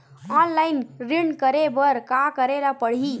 Online ऋण करे बर का करे ल पड़हि?